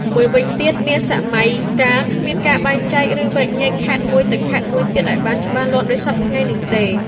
មួយវិញទៀតនាសម័យអតីតកាល គ្មានការបែងចែក ឬវែកញែកខេត្តមួយ ទៅខេត្តមួយទៀតឱ្យបានច្បាស់លាស់ដូចសព្វថ្ងៃនេះទេ ។